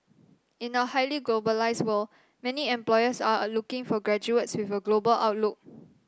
in a highly globalised world many employers are looking for graduates with a global outlook